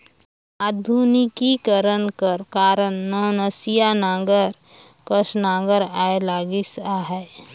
आधुनिकीकरन कर कारन नवनसिया नांगर कस नागर आए लगिस अहे